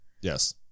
Yes